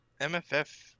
mff